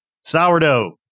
Sourdough